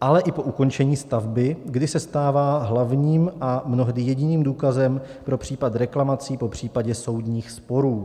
ale i po ukončení stavby, kdy se stává hlavním a mnohdy jediným důkazem pro případ reklamací, popřípadě soudních sporů.